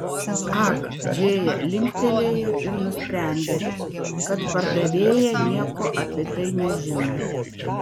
ak džėja linktelėjo ir nusprendė kad pardavėja nieko apie tai nežino